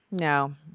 No